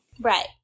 Right